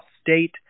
State